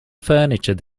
furniture